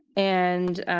and